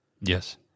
yes